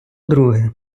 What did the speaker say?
друге